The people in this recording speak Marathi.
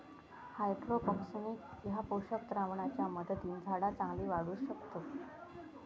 हायड्रोपोनिक्स ह्या पोषक द्रावणाच्या मदतीन झाडा चांगली वाढू शकतत